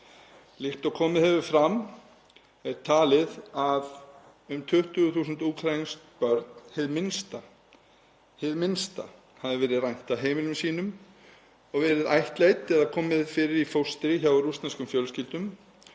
Líkt og komið hefur fram er talið að um 20.000 úkraínskum börnum hið minnsta hafi verið rænt af heimilum sínum og verið ættleidd eða komið fyrir í fóstri hjá rússneskum fjölskyldum